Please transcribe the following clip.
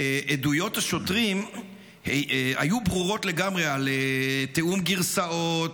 שעדויות השוטרים היו ברורות לגמרי על תיאום גרסאות